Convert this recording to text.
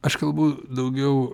aš kalbu daugiau